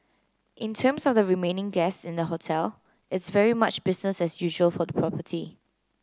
in terms of the remaining guests in the hotel it's very much business as usual for the property